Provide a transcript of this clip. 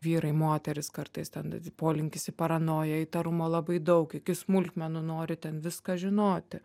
vyrai moterys kartais ten polinkis į paranoją įtarumo labai daug iki smulkmenų nori ten viską žinoti